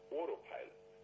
autopilot